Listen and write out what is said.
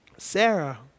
Sarah